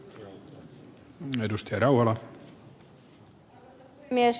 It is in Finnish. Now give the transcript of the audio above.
arvoisa puhemies